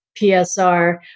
PSR